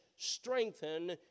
strengthen